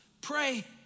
pray